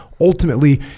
ultimately